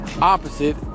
opposite